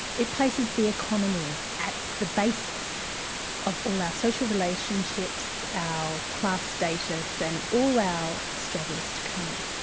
it places the economy at the basis of all our social relationships, our class status, and all our struggles to come.